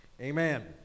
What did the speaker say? Amen